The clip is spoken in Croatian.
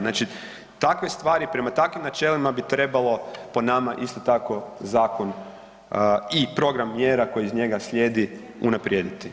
Znači takve stvari, prema takvim načelima bi trebalo po nama isto tako zakon i program mjera koji iz njega slijedi, unaprijediti.